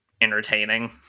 entertaining